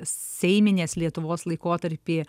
seiminės lietuvos laikotarpį